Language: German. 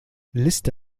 liste